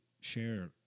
share